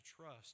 trust